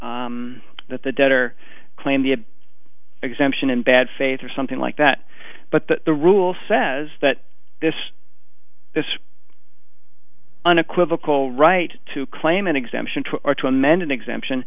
late that the debtor claimed the exemption in bad faith or something like that but the rule says that this is unequivocal right to claim an exemption or to amend an exemption